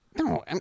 No